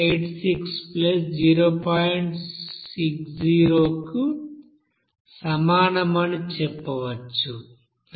60 కు సమానమని చెప్పవచ్చు అది 46